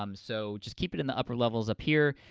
um so just keep it in the upper levels, up here,